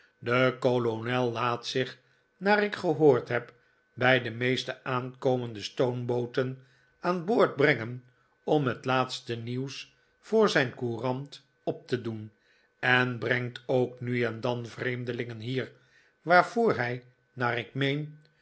de kolonel laat zich naar ik gehoord heb bij de meeste aankomende stoombooten aan boord brengen om het laatste nieuws voor zijn courant op te doen en brengt ook nu en dan vreemdelingen hier waarvoor hij naar